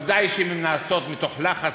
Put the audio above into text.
ודאי אם הן נעשות מתוך לחץ,